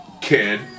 kid